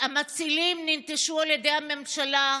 המצילים ננטשו על ידי הממשלה,